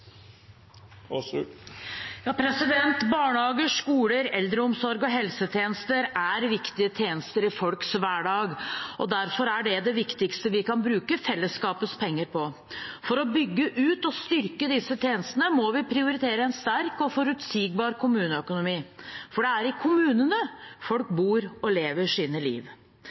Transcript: Barnehager, skoler, eldreomsorg og helsetjenester er viktige tjenester i folks hverdag, og derfor er det det viktigste vi kan bruke fellesskapets penger på. For å bygge ut og styrke disse tjenestene må vi prioritere en sterk og forutsigbar kommuneøkonomi, for det er i kommunene folk bor og lever sitt liv.